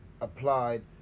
applied